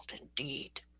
indeed